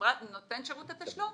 שנותן שרות התשלום,